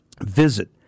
Visit